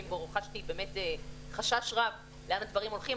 בו חשתי באמת חשש רב לאן הדברים הולכים,